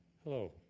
hello,